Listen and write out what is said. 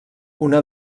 una